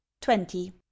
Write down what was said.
twenty